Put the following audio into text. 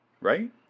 Right